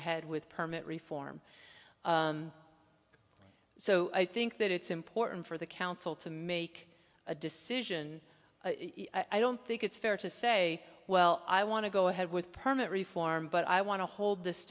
ahead with permit reform so i think that it's important for the council to make a decision i don't think it's fair to say well i want to go ahead with permit reform but i want to hold this